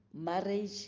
marriage